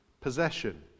possession